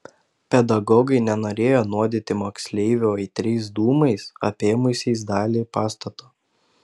pedagogai nenorėjo nuodyti moksleivių aitriais dūmais apėmusiais dalį pastato